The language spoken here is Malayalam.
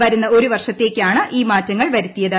വരുന്ന ഒരു വർഷത്തേക്കാണ് ഈ മാറ്റങ്ങൾ വരുത്തിയത്